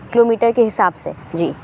کلو metre کے حساب سے جی